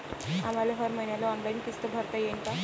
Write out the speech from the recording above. आम्हाले हर मईन्याले ऑनलाईन किस्त भरता येईन का?